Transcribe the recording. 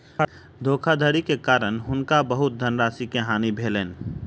धोखाधड़ी के कारण हुनका बहुत धनराशि के हानि भेलैन